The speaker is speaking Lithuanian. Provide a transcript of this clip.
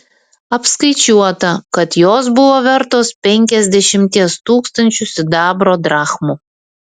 apskaičiuota kad jos buvo vertos penkiasdešimties tūkstančių sidabro drachmų